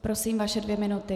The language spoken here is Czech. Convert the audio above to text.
Prosím, vaše dvě minuty.